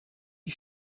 die